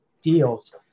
deals